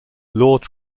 lord